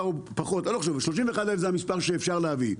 שאפשר להביא.